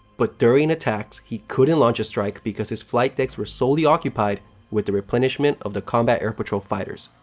but, during attacks, he couldn't launch a strike because his flight decks were solely occupied with the replenishment of the combat air patrol fighters.